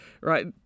Right